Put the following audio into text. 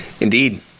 Indeed